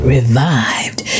Revived